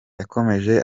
yakomeje